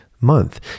month